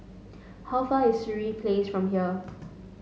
how far is Sireh Place from here